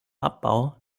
abbau